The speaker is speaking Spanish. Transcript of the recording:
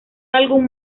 algún